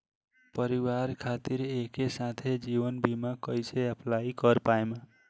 परिवार खातिर एके साथे जीवन बीमा कैसे अप्लाई कर पाएम?